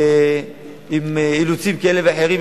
עם אילוצים כאלה ואחרים,